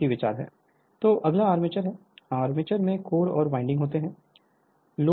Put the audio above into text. Refer Slide Time 1914 तो अगला armature है आर्मेचर में कोर और वाइंडिंग होते हैं